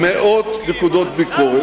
מאות נקודות ביקורת.